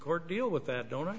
court deal with that donor